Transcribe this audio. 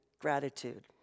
Gratitude